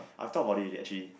I thought about it actually